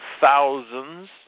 thousands